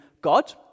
God